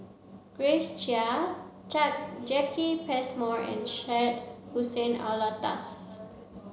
Grace Chia Jacki Passmore and Syed Hussein Alatas